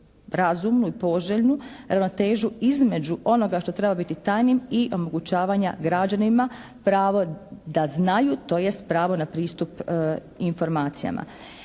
razumnu i poželjnu ravnotežu između onoga što treba biti tajnim i omogućavanja građanima pravo da znaju tj. pravo na pristup informacijama.